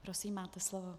Prosím, máte slovo.